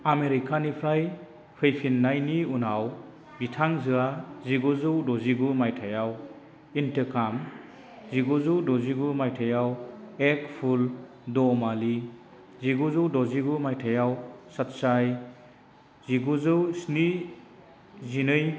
आमेरिकानिफ्राय फैफिननायनि उनाव बिथांजोआ जिगुजौ द'जिगु मायथाइयाव इनतेकाम जिगुजौ द'जिगु मायथाइयाव एक फुल दो माली जिगुजौ द'जिगु माइथायाव सचाई जिगुजौ स्निजिनै